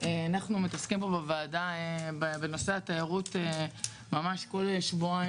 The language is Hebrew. אנחנו מתעסקים בוועדה בנושא התיירות ממש כל שבועיים